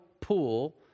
pool